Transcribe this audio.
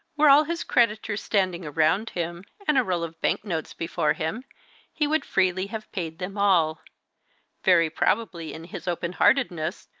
were all his creditors standing around him, and a roll of bank-notes before him he would freely have paid them all very probably, in his openheartedness,